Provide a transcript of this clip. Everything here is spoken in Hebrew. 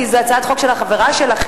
כי זאת הצעת חוק של החברה שלכם,